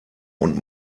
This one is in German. und